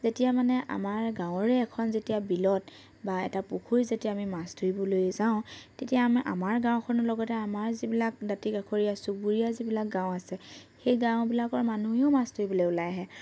যেতিয়া মানে আমাৰ গাঁৱৰে এখন যেতিয়া বিলত বা এটা পুখুৰীত যেতিয়া আমি মাছ ধৰিবলৈ যাওঁ তেতিয়া আমি আমাৰ গাঁওখনৰ লগতে আমাৰ যিবিলাক দাঁতিকাষৰীয়া চুবুৰীয়া যিবিলাক গাঁও আছে সেই গাঁওবিলাকৰ মানুহেও মাছ ধৰিবলৈ ওলাই আহে